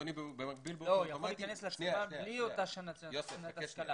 הוא יכול להיכנס לצבא בלי אותה שנת השכלה.